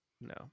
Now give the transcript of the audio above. No